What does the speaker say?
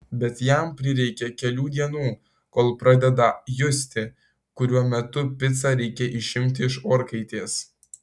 bet jam prireikia kelių dienų kol pradeda justi kuriuo metu picą reikia išimti iš orkaitės